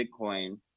Bitcoin